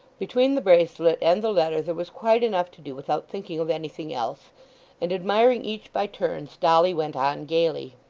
between the bracelet and the letter, there was quite enough to do without thinking of anything else and admiring each by turns, dolly went on gaily.